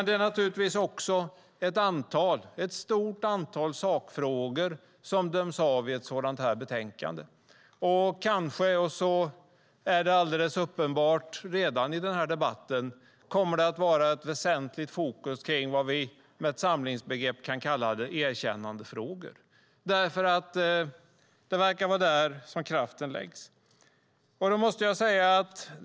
Det är naturligtvis också ett stort antal sakfrågor som döms av i ett sådant här betänkande. Kanske är det redan alldeles uppenbart att det i denna debatt kommer att vara ett väsentligt fokus på vad vi med ett samlingsbegrepp kan kalla för erkännandefrågor. Det verkar vara där som kraften läggs.